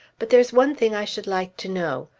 but there's one thing i should like to know.